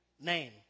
name